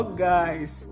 guys